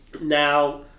Now